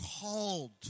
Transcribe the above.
called